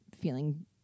feeling